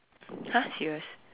!huh! serious